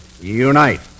unite